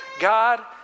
God